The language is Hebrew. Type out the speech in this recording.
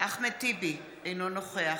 אחמד טיבי, אינו נוכח